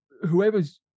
whoever's